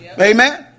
amen